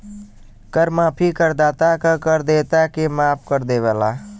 कर माफी करदाता क कर देयता के माफ कर देवला